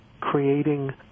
Creating